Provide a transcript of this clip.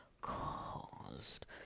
caused